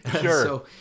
Sure